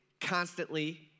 constantly